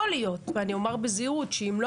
יכול להיות ואני אומרת בזהירות שאם לא